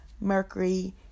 Mercury